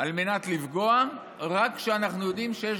על מנת לפגוע רק כשאנחנו יודעים שיש